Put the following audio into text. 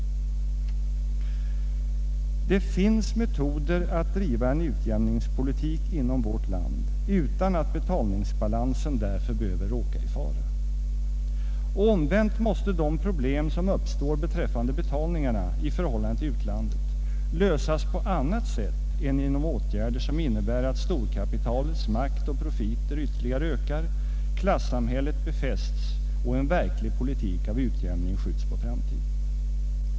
Det finns metoder att driva en utjämningspolitik inom vårt land utan att betalningsbalansen därför behöver råka i fara. Och omvänt måste de problem som uppstår beträffande betalningarna i förhållande till utlandet lösas på annat sätt än genom åtgärder som innebär att storkapitalets makt och profiter ytterligare ökar, klassamhället befästs och en verklig politik av utjämning skjuts på framtiden.